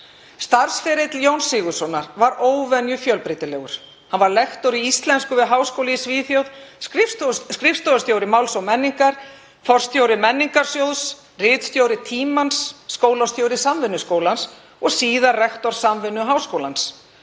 Starfsferill Jóns Sigurðssonar var óvenju fjölbreytilegur. Hann var lektor í íslensku við háskóla í Svíþjóð, skrifstofustjóri Máls og menningar, forstjóri Menningarsjóðs, ritstjóri Tímans, skólastjóri Samvinnuskólans og síðar rektor Samvinnuháskólans,